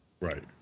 Right